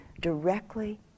directly